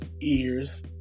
ears